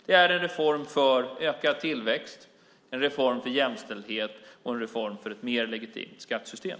Det är en reform för ökad tillväxt, en reform för jämställdhet och en reform för ett mer legitimt skattesystem.